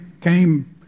came